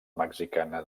mexicana